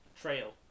trail